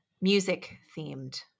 music-themed